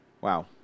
Wow